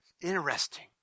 Interesting